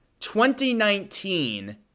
2019